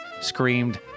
screamed